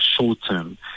short-term